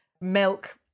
milk